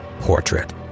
portrait